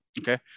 okay